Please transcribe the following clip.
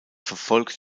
verfolgt